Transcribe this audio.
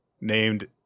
named